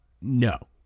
No